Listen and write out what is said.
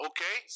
Okay